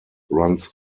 runs